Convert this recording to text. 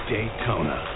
Daytona